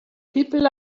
people